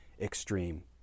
extreme